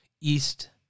east